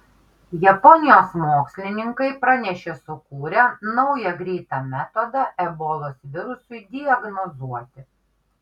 japonijos mokslininkai pranešė sukūrę naują greitą metodą ebolos virusui diagnozuoti